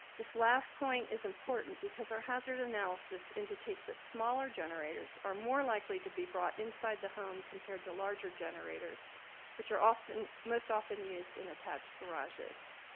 this last point is important because our hazard analysis indicates that smaller generators are more likely to be brought inside the home compared to larger generators which are often most often used in attached garages.